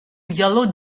yellow